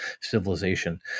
civilization